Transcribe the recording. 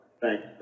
Thanks